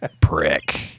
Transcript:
prick